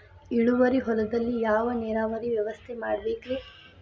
ಇಳುವಾರಿ ಹೊಲದಲ್ಲಿ ಯಾವ ನೇರಾವರಿ ವ್ಯವಸ್ಥೆ ಮಾಡಬೇಕ್ ರೇ?